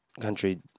country